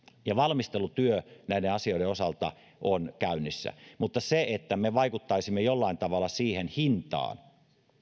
valmistelutyö näiden asioiden osalta on käynnissä mutta se että me vaikuttaisimme jollain tavalla siihen hintaan